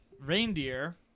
reindeer